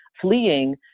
fleeing